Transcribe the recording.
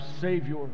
Savior